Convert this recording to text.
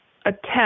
attempt